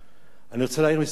אני רוצה להעיר מספר הערות.